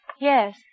Yes